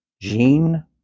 Jean